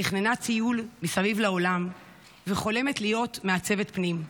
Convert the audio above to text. תכננה טיול מסביב לעולם וחולמת להיות מעצבת פנים.